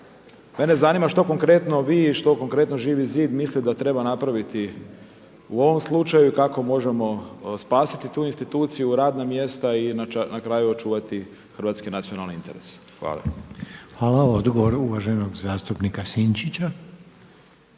Mene zanima što konkretno vi, što konkretno Živi zid misli da treba napraviti u ovom slučaju i kako možemo spasiti tu instituciju, radna mjesta i na kraju očuvati hrvatske nacionalne interese. Hvala lijepa. **Reiner, Željko (HDZ)** Hvala. Odgovor uvaženog zastupnika Sinčića.